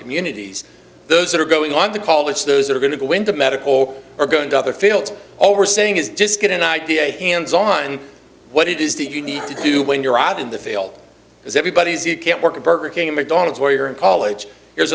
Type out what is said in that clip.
communities those that are going on to college those are going to go into medical or go into other fields all we're saying is just get an idea hands on what it is that you need to do when you're out in the field because everybody's you can't work at burger king or mcdonald's where you're in college here's